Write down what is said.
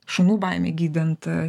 šunų baimę gydant